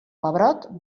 pebrot